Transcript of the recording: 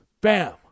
Bam